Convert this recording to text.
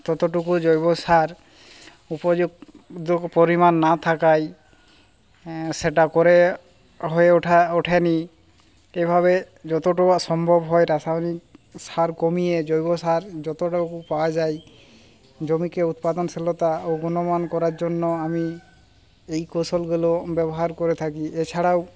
ততটুকু জৈব সার উপযুক্ত পরিমাণ না থাকায় সেটা করে হয়ে ওঠা ওঠে নি এভাবে যতটুকু সম্ভব হয় রাসায়নিক সার কমিয়ে জৈব সার যতটুকু পাওয়া যায় জমিকে উৎপাদনশীলতা অবনমন করার জন্য আমি এই কৌশলগুলো ব্যবহার করে থাকি এছাড়াও